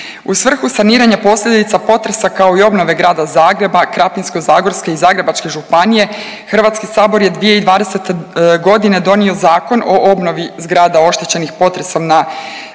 U svrhu saniranja posljedica potresa kao i obnove Grada Zagreba, Krapinsko-zagorske i Zagrebačke županije Hrvatski sabor je 2020. godine donio Zakon o obnovi zgrada oštećenih potresom na